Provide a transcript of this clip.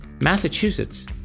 Massachusetts